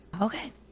okay